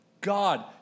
God